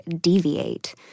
deviate